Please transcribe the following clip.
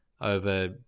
over